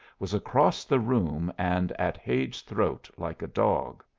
was across the room and at hade's throat like a dog.